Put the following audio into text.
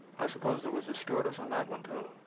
i suppose there was a stewardess on that one too.